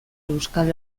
euskal